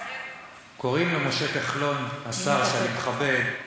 קוראים למשה כחלון, השר שאני מכבד: